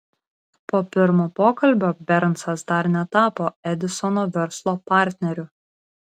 po pirmo pokalbio bernsas dar netapo edisono verslo partneriu